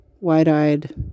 wide-eyed